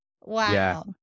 Wow